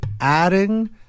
adding